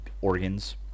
organs